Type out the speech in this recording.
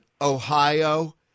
ohio